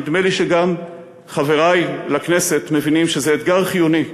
נדמה לי שגם חברי לכנסת מבינים שזה אתגר חיוני,